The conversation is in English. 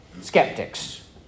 skeptics